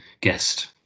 guest